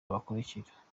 bakurikira